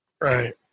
Right